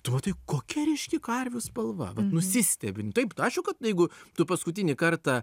tuo tai kokia ryški karvių spalva nusistebi nu taip tai aišku kad jeigu tu paskutinį kartą